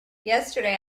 yesterday